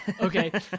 okay